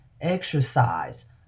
exercise